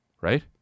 right